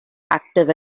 active